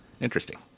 Interesting